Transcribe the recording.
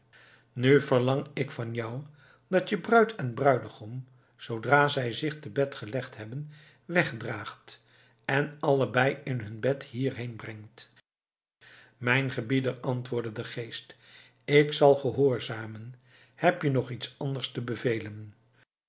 nu verlang ik van jou dat je bruid en bruidegom zoodra zij zich te bed gelegd hebben wegdraagt en allebei in hun bed hierheen brengt mijn gebieder antwoordde de geest ik zal gehoorzamen heb je nog iets anders te bevelen